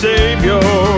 Savior